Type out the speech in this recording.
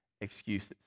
excuses